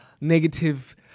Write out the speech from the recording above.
negative